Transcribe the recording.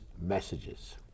messages